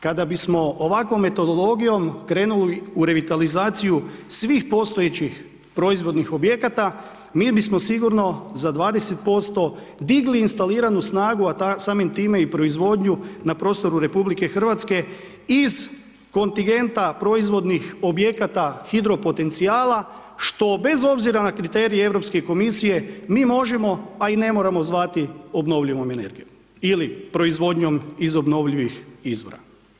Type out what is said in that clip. Kada bismo ovakvom metodologijom krenuli u revitalizaciju svih postojećih proizvodnih objekata, mi bismo sigurno za 20% digli instaliranu snagu, a samim time i proizvodnju na prostoru RH iz kontingenta proizvodnih objekata hidropotencijala što bez obzira na kriterije Europske komisije mi možemo, a i ne moramo zvati obnovljivom energijom ili proizvodnjom iz obnovljivih izvora.